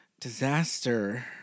Disaster